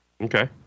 okay